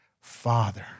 Father